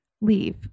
leave